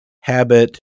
Habit